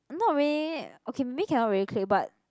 not really okay maybe cannot really click but